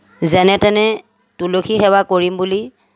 যেনে তেনে তুলসী সেৱা কৰিম বুলি